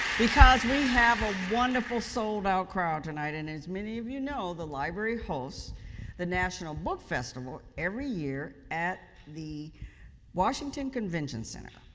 because we have a wonderful sold-out crowd tonight, and as many of you know, the library hosts the national book festival every year at the washington convention center.